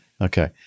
Okay